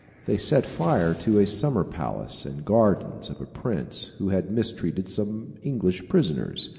they set fire to a summer palace and gardens of a prince who had mistreated some english prisoners.